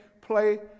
play